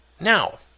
Now